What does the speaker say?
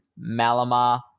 Malamar